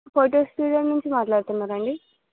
photo studio నుంచి మాట్లాడుతున్నారా అండి